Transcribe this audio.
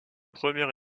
premier